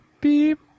beep